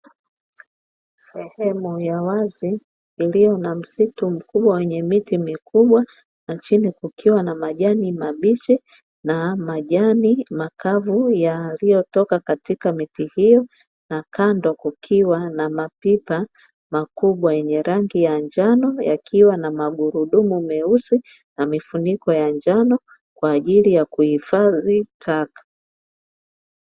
Sehemu ya wazi iliyo na msitu mkubwa wenye miti mikubwa na chini kukiwa na majani mabichi na majani makavu yaliyotoka katika miti hiyo na kando kukiwa na mapipa makubwa yenye rangi ya njano, yakiwa na magurudumu meusi na mifuniko ya njano kwa ajili ya kuhifadhi taka.